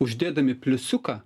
uždėdami pliusiuką